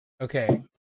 okay